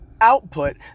output